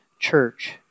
church